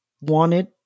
wanted